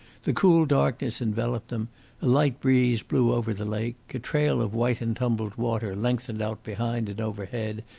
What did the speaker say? the cool darkness enveloped them a light breeze blew over the lake, a trail of white and tumbled water lengthened out behind and overhead,